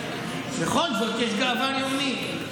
בכל זאת יש גאווה לאומית.